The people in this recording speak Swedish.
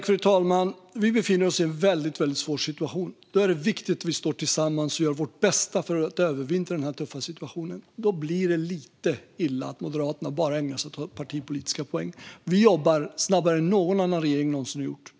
Fru talman! Vi befinner oss i en väldigt svår situation. Då är det viktigt att vi står tillsammans och gör vårt bästa för att övervintra i denna tuffa situation. Då är det lite illa att Moderaterna bara ägnar sig åt att ta partipolitiska poäng. Vi jobbar snabbare än någon annan regering någonsin har gjort.